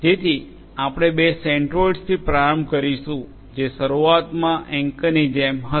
જેથી આપણે બે સેન્ટ્રોઇડ્સથી પ્રારંભ કરીશું જે શરૂઆતમાં એન્કરની જેમ હશે